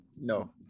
no